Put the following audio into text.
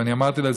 וגם אמרתי לה,